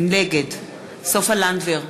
נגד סופה לנדבר,